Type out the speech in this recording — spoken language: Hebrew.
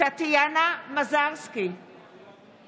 בעד מרב מיכאלי, אינה